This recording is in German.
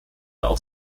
auch